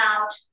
out